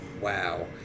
wow